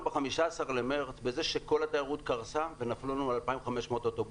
ב-15 במארס בכך שכל התיירות קרסה ונפלו לנו 2,500 אוטובוסים.